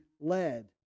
led